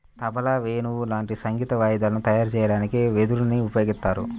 తబలా, వేణువు లాంటి సంగీత వాయిద్యాలు తయారు చెయ్యడానికి వెదురుని ఉపయోగిత్తారు